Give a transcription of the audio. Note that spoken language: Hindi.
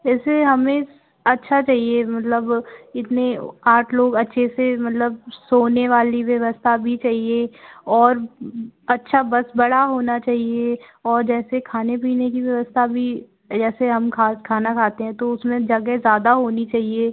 जैसे हमें अच्छा चाहिए मतलब इतने आठ लोग अच्छे से मतलब सोने वाली व्यवस्था भी चाहिए और अच्छा बस बड़ा होना चहिए और जैसे खाने पीने की व्यवस्था भी जैसे हम खा खाना खाते हैं तो उस में जगह ज़्यादा होनी चाहिए